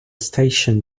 station